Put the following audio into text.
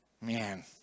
Man